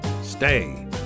Stay